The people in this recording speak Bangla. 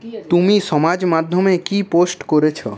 তুমি সমাজ মাধ্যমে কি পোস্ট করেছো